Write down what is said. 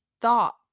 thought